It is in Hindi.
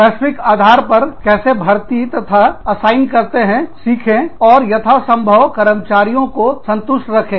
वैश्विक आधार पर कैसे भर्ती तथा असाइन करते हैं सीखें और यथासंभव कर्मचारियों को संतुष्ट रखें